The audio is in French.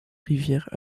rivières